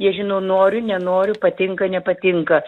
jie žino noriu nenoriu patinka nepatinka